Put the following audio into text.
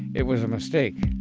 it was a mistake.